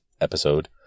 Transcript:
episode